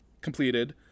completed